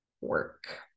work